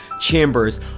Chambers